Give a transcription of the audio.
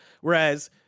Whereas